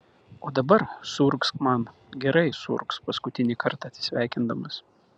o dabar suurgzk man gerai suurgzk paskutinį kartą atsisveikindamas